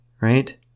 Right